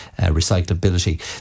recyclability